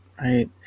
right